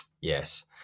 yes